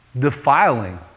defiling